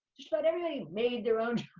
just about everybody made their own